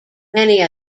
many